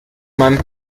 man